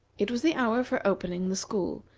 it was the hour for opening the school,